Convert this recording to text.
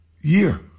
Year